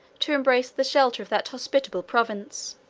to embrace the shelter of that hospitable province.